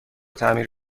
تعمیر